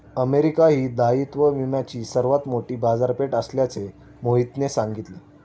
America ही दायित्व विम्याची सर्वात मोठी बाजारपेठ असल्याचे मोहितने सांगितले